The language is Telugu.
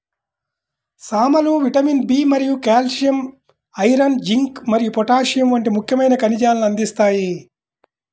సామలు విటమిన్ బి మరియు కాల్షియం, ఐరన్, జింక్ మరియు పొటాషియం వంటి ముఖ్యమైన ఖనిజాలను అందిస్తాయి